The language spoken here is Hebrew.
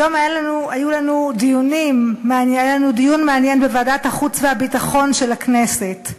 היום היה לנו דיון מעניין בוועדת החוץ והביטחון של הכנסת,